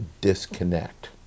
disconnect